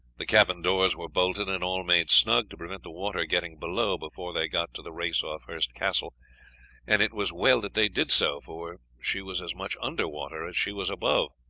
the cabin doors were bolted, and all made snug to prevent the water getting below before they got to the race off hurst castle and it was well that they did so, for she was as much under water as she was above.